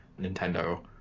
Nintendo